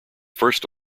first